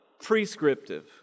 prescriptive